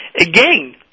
Again